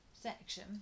section